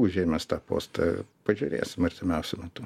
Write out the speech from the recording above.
užėmęs tą postą pažiūrėsim artimiausiu metu